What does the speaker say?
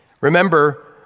Remember